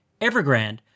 Evergrande